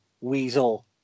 weasel